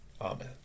Amen